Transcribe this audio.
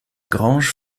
grange